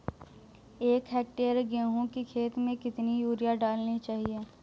एक हेक्टेयर गेहूँ की खेत में कितनी यूरिया डालनी चाहिए?